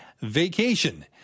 vacation